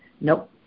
Nope